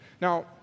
Now